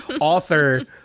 author